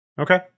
Okay